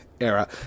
era